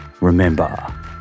remember